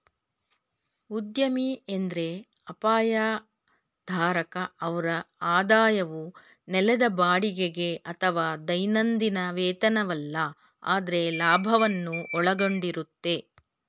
ಉದ್ಯಮಿ ಎಂದ್ರೆ ಅಪಾಯ ಧಾರಕ ಅವ್ರ ಆದಾಯವು ನೆಲದ ಬಾಡಿಗೆಗೆ ಅಥವಾ ದೈನಂದಿನ ವೇತನವಲ್ಲ ಆದ್ರೆ ಲಾಭವನ್ನು ಒಳಗೊಂಡಿರುತ್ತೆ